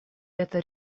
это